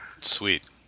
Sweet